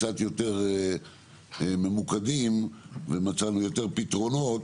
קצת יותר ממוקדים ומצאנו יותר פתרונות,